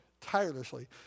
tirelessly